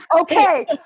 Okay